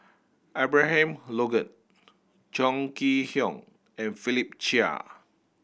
Abraham Logan Chong Kee Hiong and Philip Chia